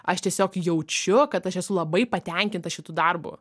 aš tiesiog jaučiu kad aš esu labai patenkinta šitu darbu